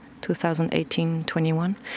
2018-21